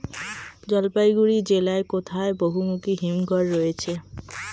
জলপাইগুড়ি জেলায় কোথায় বহুমুখী হিমঘর রয়েছে?